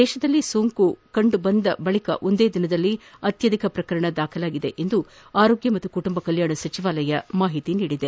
ದೇಶದಲ್ಲಿ ಸೋಂಕು ಕಂಡುಬಂದ ಬಳಿಕ ಒಂದೇ ದಿನದಲ್ಲಿ ಅತ್ಯಧಿಕ ಪ್ರಕರಣ ಇದಾಗಿದೆ ಎಂದು ಆರೋಗ್ಯ ಮತ್ತು ಕುಟುಂಬ ಕಲ್ಯಾಣ ಸಚಿವಾಲಯ ತಿಳಿಸಿದೆ